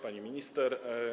Pani Minister!